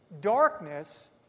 darkness